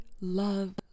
love